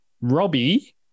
Robbie